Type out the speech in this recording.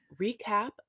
recap